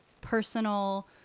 personal